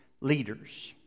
leaders